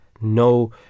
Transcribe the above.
No